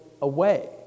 away